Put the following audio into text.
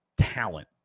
talent